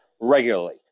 regularly